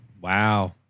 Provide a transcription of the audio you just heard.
wow